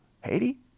Haiti